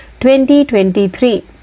2023